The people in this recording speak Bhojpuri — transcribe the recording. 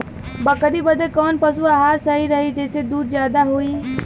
बकरी बदे कवन पशु आहार सही रही जेसे दूध ज्यादा होवे?